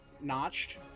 notched